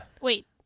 wait